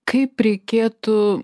kaip reikėtų